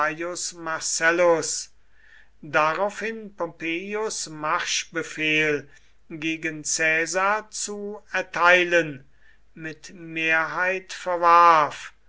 marcellus daraufhin pompeius marschbefehl gegen caesar zu erteilen mit mehrheit verwarf